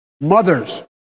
Mothers